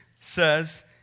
says